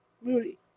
Moody